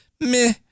meh